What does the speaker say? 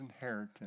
inheritance